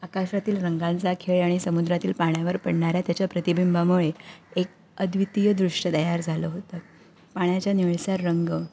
आकाशातील रंगांचा खेळ आणि समुद्रातील पाण्यावर पडणाऱ्या त्याच्या प्रतिबिंबामुळे एक अद्वितीय दृश्य तयार झालं होतं पाण्याचा निळसर रंग